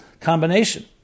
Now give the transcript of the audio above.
combination